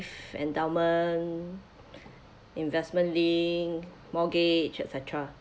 endowment investment linked mortgage et cetera